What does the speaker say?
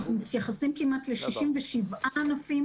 אנחנו מתייחסים כמעט ל-67 ענפים.